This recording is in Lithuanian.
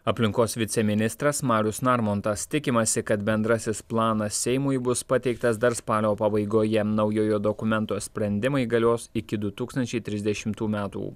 aplinkos viceministras marius narmontas tikimasi kad bendrasis planas seimui bus pateiktas dar spalio pabaigoje naujojo dokumento sprendimai galios iki du tūkstančiai trisdešimų metų